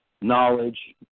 knowledge